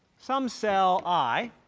some cell i,